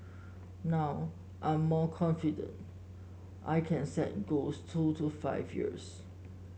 now I'm more confident I can set goals two to five years